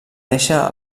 néixer